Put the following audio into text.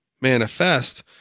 manifest